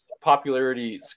popularity